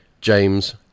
James